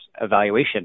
evaluation